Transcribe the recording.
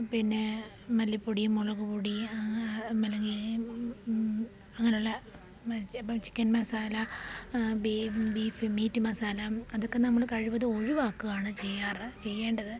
പിന്നെ മല്ലിപൊടി മുളകുപൊടി അല്ലെങ്കി അങ്ങനെയുള്ള ചിക്കൻ മസാല ബീ ബീഫ് മീറ്റ് മസാല അതൊക്കെ നമ്മള് കഴിവതും ഒഴിവാക്കുകയാണ് ചെയ്യാറ് ചെയ്യേണ്ടത്